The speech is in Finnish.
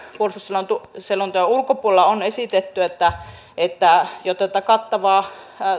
puolustusselonteon ulkopuolella on esitetty jotta tätä kattavaa